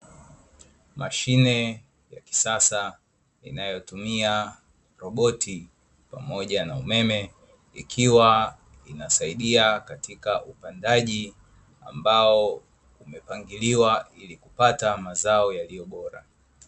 Mashine ya kisasa inayotumia roboti pamoja na umeme, ikiwa inasaidia katika upandaji ambao umepangiliwa ili kupata mazao yaliyobora.